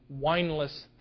wineless